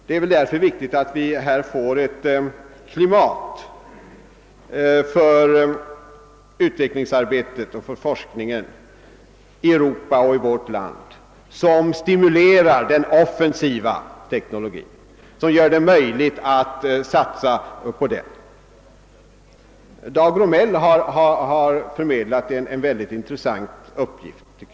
Det är således viktigt att vi får ett klimat för utvecklingsarbetet och forskningen i vårt land och hela Europa, som stimulerar den offensiva teknologin och som gör det möjligt att satsa på denna. Dag Romell har förmedlat en, enligt min mening, mycket intressant uppgift.